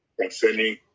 concerning